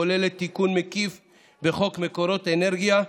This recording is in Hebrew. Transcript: כוללת תיקון מקיף בחוק מקורות אנרגיה,